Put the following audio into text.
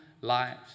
lives